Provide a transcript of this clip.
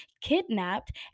kidnapped